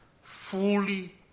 fully